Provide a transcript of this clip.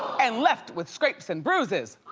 and left with scrapes and bruises.